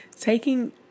taking